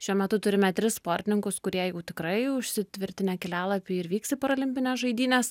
šiuo metu turime tris sportininkus kurie jau tikrai užsitvirtinę kelialapį ir vyks į parolimpines žaidynes